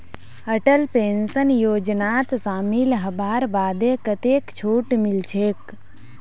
Atal pension योजनात शामिल हबार बादे कतेक छूट मिलछेक